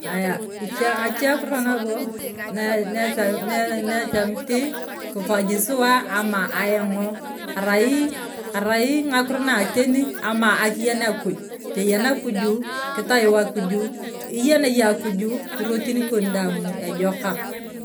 Aya ng’achie kiro nabo nae naechamikina kipanyi suwa ama ayong’o arai ng’akiro na ateni ama akiyen akuj, teyene akuju, kitoyio akujo, iyen yong’o akuju ng’irotini kon dang’u ejokak